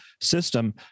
system